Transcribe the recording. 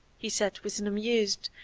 he said with an amused,